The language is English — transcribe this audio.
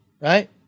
Right